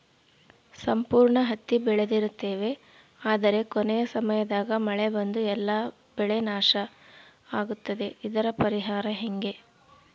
ಸಂಪೂರ್ಣ ಹತ್ತಿ ಬೆಳೆದಿರುತ್ತೇವೆ ಆದರೆ ಕೊನೆಯ ಸಮಯದಾಗ ಮಳೆ ಬಂದು ಎಲ್ಲಾ ಬೆಳೆ ನಾಶ ಆಗುತ್ತದೆ ಇದರ ಪರಿಹಾರ ಹೆಂಗೆ?